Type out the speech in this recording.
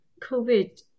COVID